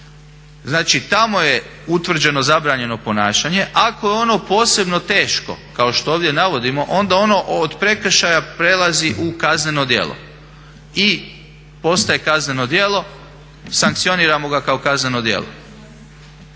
znači tamo je utvrđeno zabranjeno ponašanje. Ako je ono posebno teško kao što ovdje navodimo onda ono od prekršaja prelazi u kazneno djelo i postaje kazneno djelo, sankcioniramo ga kao kazneno djelo.